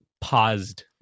paused